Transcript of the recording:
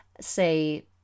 say